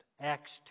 Acts